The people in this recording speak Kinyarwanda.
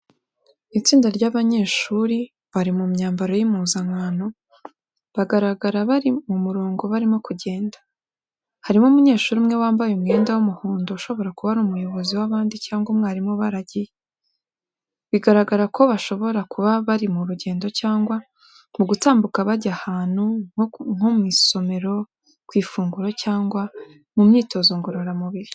Itsinda ry’abanyeshuri bari mu myambaro y'impuzankano bagaragara bari mu murongo barimo kugenda. Hariho umunyeshuri umwe wambaye umwenda w’umuhondo ushobora kuba ari umuyobozi w’abandi cyangwa umwarimu ubaragiye. Bigaragara ko bashobora kuba bari mu rugendo cyangwa mu gutambuka bajya ahantu, nko kujya mu isomero, ku ifunguro, cyangwa mu myitozo ngororamubiri.